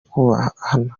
kubahana